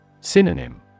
Synonym